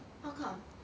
how come